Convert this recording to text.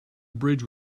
bridge